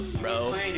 bro